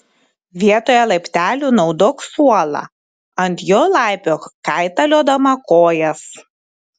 vietoje laiptelių naudok suolą ant jo laipiok kaitaliodama kojas